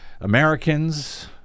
Americans